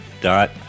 dot